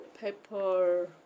Pepper